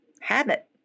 habit